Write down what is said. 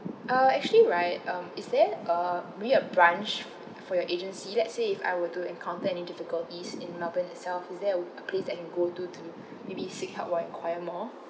uh actually right um is there uh maybe a branch for your agency let's say if I were to encounter any difficulties in melbourne itself is there a w~ a place that I can go to to maybe seek help to inquire more